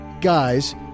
guys